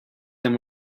them